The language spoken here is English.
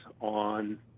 on